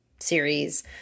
series